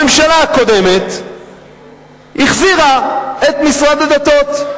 הממשלה הקודמת החזירה את משרד הדתות.